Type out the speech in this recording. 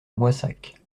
moissac